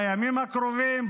בימים הקרובים,